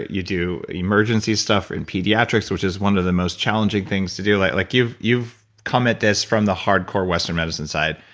you do emergency stuff in pediatrics, which is one of the most challenging things to do. like like you've you've come at this from the hard core western medicine side.